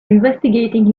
investigating